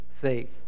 faith